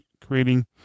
creating